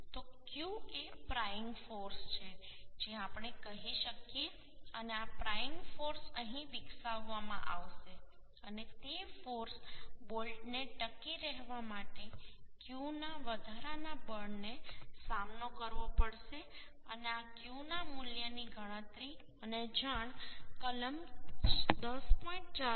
તો Q એ prying force છે જે આપણે કહી શકીએ અને આ પ્રાયિંગ ફોર્સ અહીં વિકસાવવામાં આવશે અને તે ફોર્સ બોલ્ટને ટકી રહેવા માટે Q ના વધારાના બળનો સામનો કરવો પડશે અને આ Q મૂલ્યની ગણતરી અને જાણ કલમ 10